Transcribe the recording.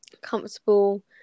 comfortable